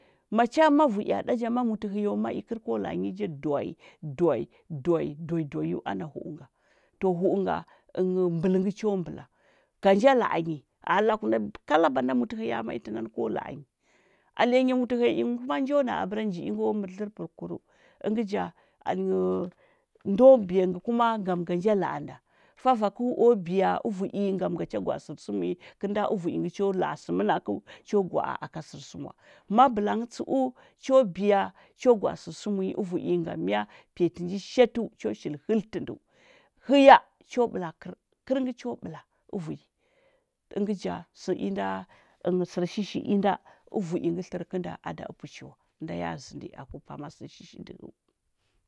Macha ma vuriya ɗa ta ma mutɚ hɚyo mai kɚl ko laà nyi ja doi doi doi doi ana hu’u na to hu’u nga ɚnɚu mbɚngɚ cho mbɚla, ga nja la’a nyi anɚ laku nda kala banda mutɚ hɚya mai tɚ ngani ko la’a nyi alinyi hɚya ingɚ ma’a njo na nji ingo mɚrɚdlɚr pɚkuru ɚngɚ ja, alinyi ndo biya ngɚ kuma ngum ga ja laa nda favakɚu o biya ɚvu’i ngam ga cha gwa’a sɚrsɚmɚ nyi kɚl nda ɚvu’i ngɚ cho laa sɚ mɚnakɚu cho gwaa aka sɚr sɚma mabɚlantsɚh cho biya cho gwe’a sɚr sɚmɚ nyi ɚvu’i ngam mya? Puja tɚnji shatsu, cho shili fɚltɚ ndɚu, hɚya cho ɓala kɚr, kɚr ngɚ cho ɓɚla ɚvu’i ɚngɚ ja sɚ inda, ɚngɚ sɚr shishi inda ɚvui ngɚ tlɚrɚ kɚnda ada upuchi wa nda ya zɚndi aku pama sɚr shishi dɚhɚu.